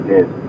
Yes